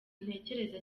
ntekereza